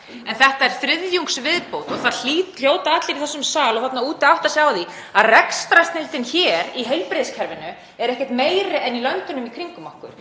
en þetta er þriðjungsviðbót og það hljóta allir í þessum sal og þarna úti að átta sig á því að rekstrarsnilldin í heilbrigðiskerfinu hér er ekkert meiri en í löndunum í kringum okkur.